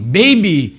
baby